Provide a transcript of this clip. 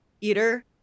eater